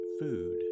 food